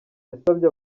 yasabye